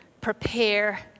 prepare